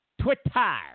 Twitter